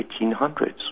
1800s